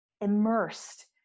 immersed